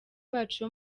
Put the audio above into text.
bacu